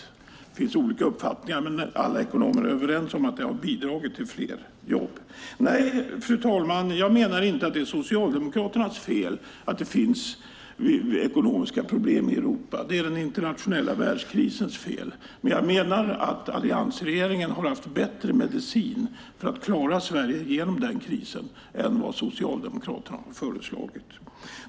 Det finns olika uppfattningar, men alla ekonomer är överens om att det har bidragit till fler jobb. Nej, fru talman, jag menar inte att det är Socialdemokraternas fel att det finns ekonomiska problem i Europa; det är den internationella världskrisens fel. Jag menar dock att alliansregeringen har haft bättre medicin för att klara Sverige igenom krisen än den Socialdemokraterna har föreslagit.